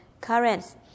currents